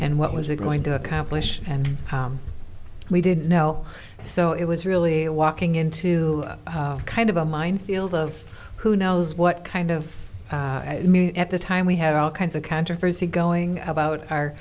and what was it going to accomplish and how we didn't know so it was really walking into a kind of a minefield of who knows what kind of at the time we had all kinds of controversy going about